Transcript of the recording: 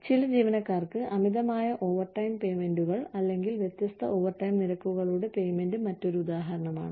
ചില ജീവനക്കാർക്ക് അമിതമായ ഓവർടൈം പേയ്മെന്റുകൾ അല്ലെങ്കിൽ വ്യത്യസ്ത ഓവർടൈം നിരക്കുകളുടെ പേയ്മെന്റ് മറ്റൊരു ഉദാഹരണമാണ്